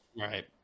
Right